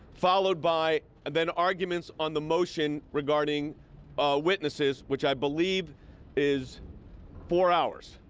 followed by then arguments on the motion regarding witnesses, which i believe is four hours.